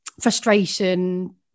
frustration